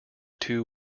two